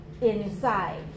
inside